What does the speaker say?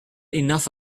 enough